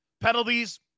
Penalties